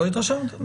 לא התרשמת?